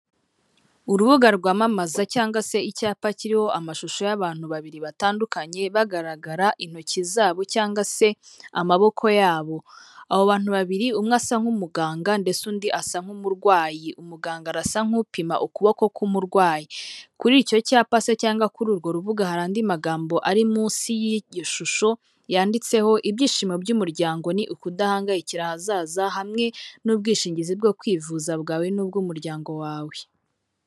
Urubuga rwamamaza cyangwa se icyapa kiriho amashusho y'abantu babiri batandukanye, bagaragara intoki zabo cyangwa se amaboko yabo, abo bantu babiri umwe asa nk'umuganga ndetse undi asa nk'umurwayi, umuganga arasa nk'upima ukuboko k'umurwayi, kuri icyo cyapa se cyangwa kuri urwo rubuga hari andi magambo ari munsi y'iryo shusho yanditseho ibyishimo by'umuryango ni ukudahangayikira ahazaza, hamwe n'ubwishingizi bwo kwivuza bwawe n'ubw'umuryango wawe.